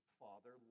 father